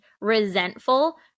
resentful